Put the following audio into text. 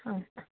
हुन्छ